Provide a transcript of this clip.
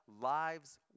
lives